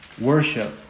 worship